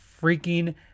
freaking